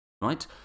right